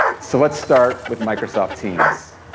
so, let's start with microsoft teams.